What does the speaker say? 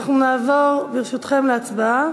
אנחנו נעבור, ברשותכם, להצבעה.